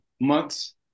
months